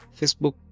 Facebook